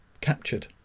captured